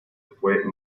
fue